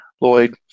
Lloyd